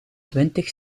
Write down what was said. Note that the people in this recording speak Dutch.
twintig